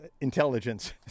intelligence